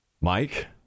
Mike